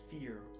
fear